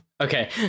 Okay